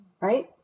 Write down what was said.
Right